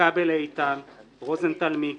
כבל איתן, רוזנטל מיקי,